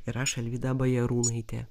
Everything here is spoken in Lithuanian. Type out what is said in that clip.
ir aš alvyda bajarūnaitė